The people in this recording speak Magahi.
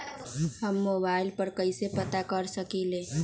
हम मोबाइल पर कईसे पता कर सकींले?